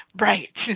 Right